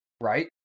right